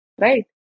Right